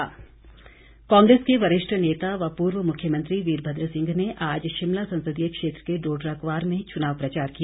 कांग्रेस प्रचार कांग्रेस के वरिष्ठ नेता व पूर्व मुख्यमंत्री वीरभद्र सिंह ने आज शिमला संसदीय क्षेत्र के डोडरा क्वार में चुनाव प्रचार किया